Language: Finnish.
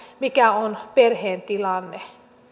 mikä on perheen tilanne